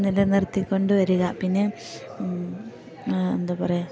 നിലനിർത്തിക്കൊണ്ട് വരിക പിന്നെ എന്താ പറയുക